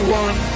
one